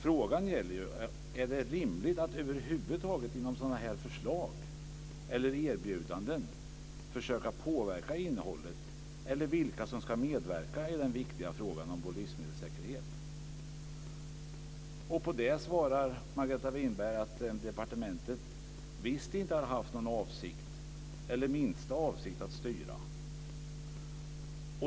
Frågan gäller om det över huvud taget är rimligt att genom sådana här förslag eller erbjudanden försöka påverka innehållet eller vilka som ska medverka i diskussionen om den viktiga frågan om vår livsmedelssäkerhet. På det svarar Margareta Winberg att departementet visst inte har haft minsta avsikt att styra.